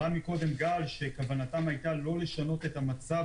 קודם אמרה גל שמטרתם לא לשנות את המצב